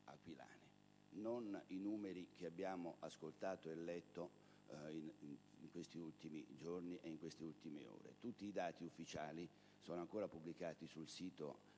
non i numeri che abbiamo ascoltato e letto in questi ultimi giorni e in queste ultime ore: tutti i dati ufficiali sono stati pubblicati anche sul sito